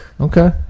Okay